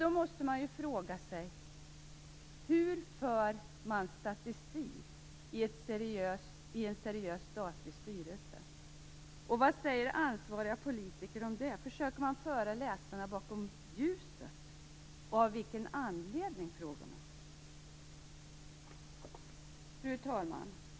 Då måste man fråga sig: Hur för en seriös statlig styrelse statistik? Vad säger ansvariga politiker om detta? Försöker styrelsen föra läsarna bakom ljuset, och i så fall av vilken anledning? Fru talman!